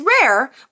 rare